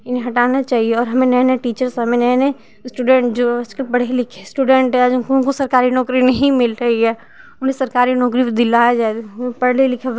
इन्हें हटाना चाहिए और हमें नए नए टीचर्स और हमें नए नए इस्टूडेंट जो उसको पढ़े लिखे इस्टूडेंट है जो उनको सरकारी नौकरी नहीं मिल रही है उन्हें सरकारी नौकरी दिलाया जाए वो पढ़ ले लिखे